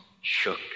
shook